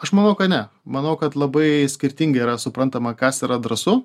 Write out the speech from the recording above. aš manau kad ne manau kad labai skirtingai yra suprantama kas yra drąsu